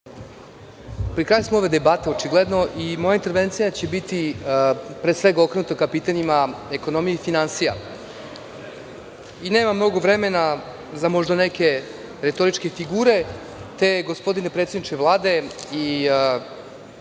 pri kraju smo ove debate očigledno i moja intervencija će biti okrenuta ka pitanjima ekonomije i finansija. Nema mnogo vremena za možda neke retoričke figure, te gospodine predsedniče Vlade,